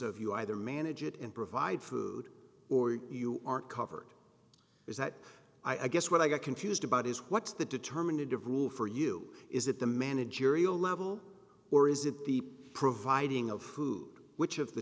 of you either manage it and provide food or you aren't covered is that i guess what i get confused about is what's the determined to rule for you is that the managerial level or is it the providing of who which of the